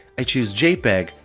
i choose jpeg,